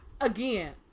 again